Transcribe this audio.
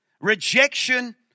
rejection